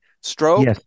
stroke